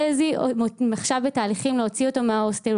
חזי עכשיו בתהליכים להוציא אותו מההוסטל.